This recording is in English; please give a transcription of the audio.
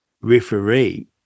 referee